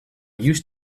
used